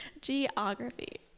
geography